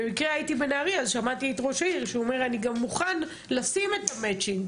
במקרה הייתי בנהריה ושמעתי את ראש העיר שמוכן לשים את המצ'ינג